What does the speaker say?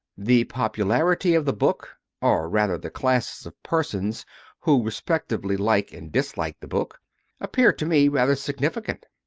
the popularity of the book or rather, the classes of persons who, respectively like and dislike the book appears to me rather significant.